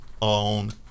on